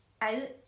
out